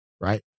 right